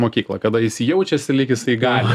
mokyklą kada jis jaučiasi lyg jisai gali